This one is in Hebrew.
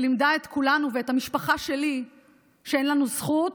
שלימדה את כולנו ואת המשפחה שלי שאין לנו זכות